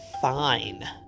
fine